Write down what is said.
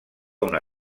una